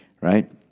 right